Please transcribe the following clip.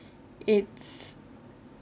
it's